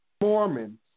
Mormons